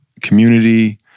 community